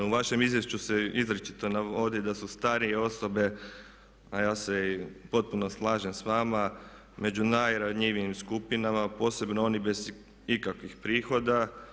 U vašem izvješću se izričito navodi da su starije osobe a ja se i potpuno slažem s vama među najranjivijim skupinama posebno oni bez ikakvih prihoda.